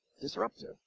disruptive